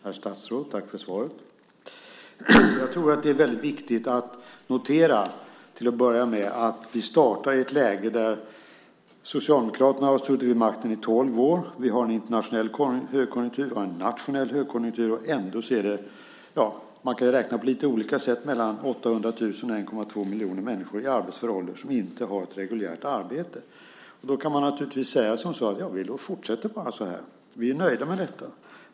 Herr talman! Tack för svaret, statsrådet. Det är till att börja med viktigt att notera att vi startar i ett läge där Socialdemokraterna har suttit vid makten i tolv år och vi har en internationell och nationell högkonjunktur. Ändå är det, beroende på hur man räknar, mellan 800 000 och 1,2 miljoner människor i arbetsför ålder som inte har ett reguljärt arbete. Då kan man naturligtvis säga: Låt oss fortsätta så här, vi är nöjda med detta.